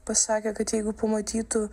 pasakė kad jeigu pamatytų